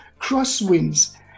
crosswinds